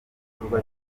gikorwa